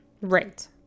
Right